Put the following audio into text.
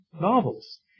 novels